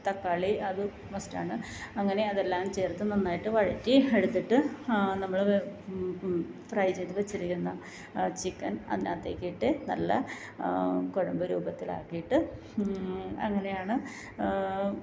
തക്കാളി അത് മസ്റ്റ് ആണ് അങ്ങനെ അതെല്ലാം ചേർത്ത് നന്നായിട്ട് വഴറ്റി എടുത്തിട്ട് നമ്മളത് ഫ്രൈ ചെയ്ത് വെച്ചിരിക്കുന്ന ചിക്കൻ അതിനകത്തേക്കിട്ട് നല്ല കുഴമ്പ് രൂപത്തിൽ ആകിയിട്ട് അങ്ങനെയാണ്